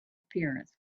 appearance